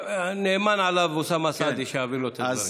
נאמן עליי אוסאמה סעדי שיעביר לו את הדברים.